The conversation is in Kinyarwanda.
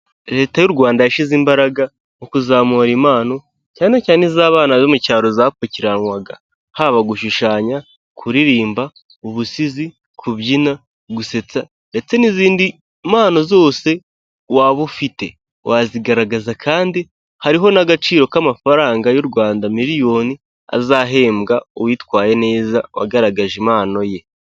Leta y'u Rwanda yashyize imbaraga mu kuzamura impano, cyane cyane iz'abana bo mu cyaro zapfukiranwaga. Haba gushushanya, kuririmba, ubusizi, kubyina, gusetsa ndetse n'izindi mpano zose waba ufite. Wazigaragaza kandi hariho n'agaciro k'amafaranga y'u Rwanda miliyoni, azahembwa uwitwaye neza wagaragaje impano ye.